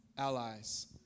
allies